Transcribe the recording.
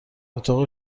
اتاق